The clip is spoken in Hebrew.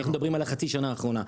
אנחנו מדברים על חצי השנה האחרונה.